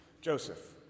Joseph